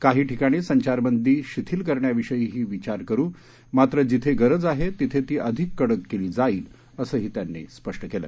काही ठिकाणी संचारबंदी शिथिल करण्याविषयीही विचार करू मात्र जिथे गरज आहे तिथे ती अधिक कडक केली जाईल असंही त्यांनी स्पष्ट केलं